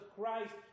Christ